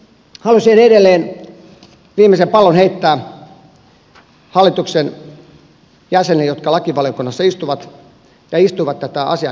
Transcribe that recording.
haluaisin edelleen viimeisen pallon heittää hallituksen jäsenille jotka lakivaliokunnassa istuvat ja istuivat tätä asiaa käsiteltäessä